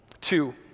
Two